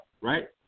right